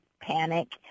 panic